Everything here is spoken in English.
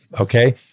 okay